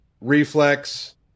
reflex